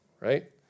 Right